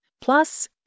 plus